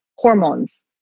Hormones